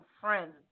friends